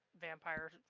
vampires